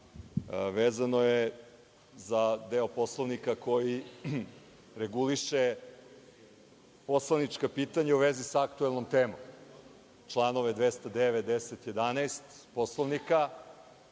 Vezano je za deo Poslovnika koji reguliše poslanička pitanja u vezi sa aktuelnom temom, članove 209, 210. i